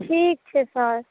ठीक छै सर